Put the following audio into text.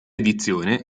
edizione